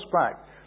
back